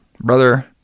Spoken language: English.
brother